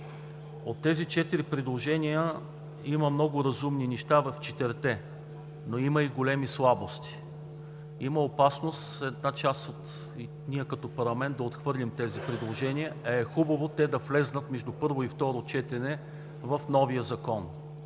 От тези четири предложения има много разумни неща в четирите, но има и големи слабости. Има опасност ние като парламент да отхвърлим тези предложения. Хубаво е те да влязат между първо и второ четене в новия Закон.